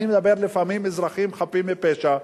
אני מדבר לפעמים על אזרחים חפים מפשע,